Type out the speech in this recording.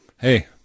hey